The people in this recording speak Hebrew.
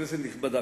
כנסת נכבדה,